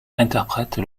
interprète